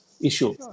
issue